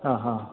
ആ ആ